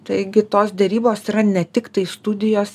taigi tos derybos yra ne tiktai studijos